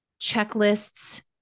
Checklists